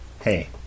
Hey